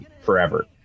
forever